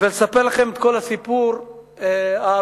ולספר לכם את כל הסיפור העגום